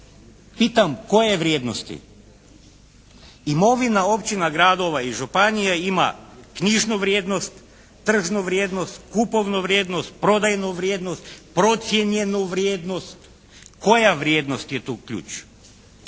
Pitam koje vrijednosti? Imovina općina, gradova i županija ima knjižnu vrijednost, tržnu vrijednost, kupovnu vrijednost, prodajnu vrijednost, procijenjenu vrijednost. Koja vrijednost je tu ključ?